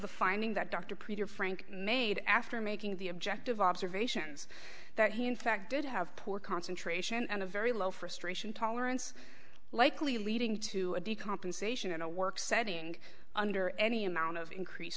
the finding that dr preacher frank made after making the objective observations that he in fact did have poor concentration and a very low frustration tolerance likely leading to a de compensation and a work setting under any amount of increase